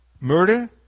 Murder